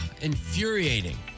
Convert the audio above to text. infuriating